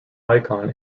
icon